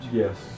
yes